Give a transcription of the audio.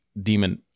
demon